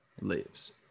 lives